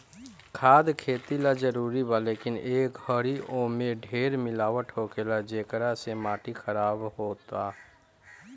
खाद खेती ला जरूरी बा, लेकिन ए घरी ओमे ढेर मिलावट होखेला, जेकरा से माटी खराब होता